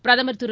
பிரதமர் திரு